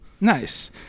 nice